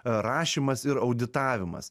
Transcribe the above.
rašymas ir auditavimas